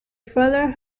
further